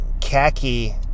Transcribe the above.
khaki